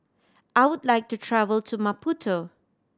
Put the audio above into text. I would like to travel to Maputo